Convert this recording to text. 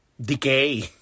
Decay